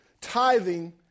tithing